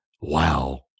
Wow